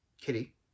kitty